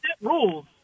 rules